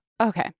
Okay